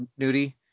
nudie